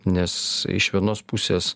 nes iš vienos pusės